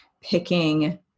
picking